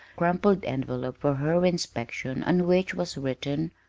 crumpled envelope for her inspection on which was written,